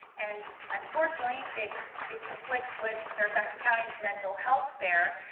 and unfortunately, it it conflicts with fairfax county's mental health fair.